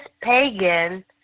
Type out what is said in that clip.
pagan